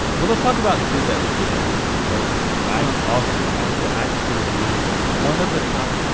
but let's talk about the food that we did enjoy because i also had what i consider to be one of the top.